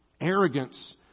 Arrogance